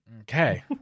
Okay